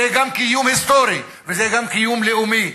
זה גם קיום היסטורי וזה גם קיום לאומי,